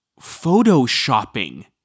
photoshopping